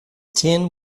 tin